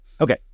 Okay